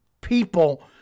People